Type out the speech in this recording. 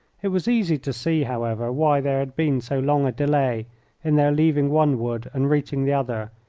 it was easy to see, however, why there had been so long a delay in their leaving one wood and reaching the other,